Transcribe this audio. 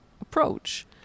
approach